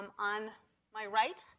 um on my right,